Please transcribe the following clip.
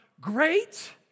great